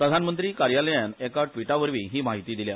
प्रधानमंत्री कार्यालयान एका व्टीटावरवी ही म्हायती दिल्या